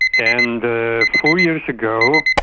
and ah four years ago,